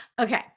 Okay